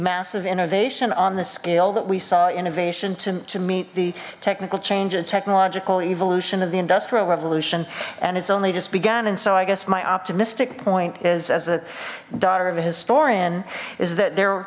massive innovation on the scale that we saw innovation to meet the technical change a technological evolution of the industrial revolution and it's only just begun and so i guess my optimistic point is as a daughter of a historian is th